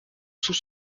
sous